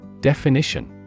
Definition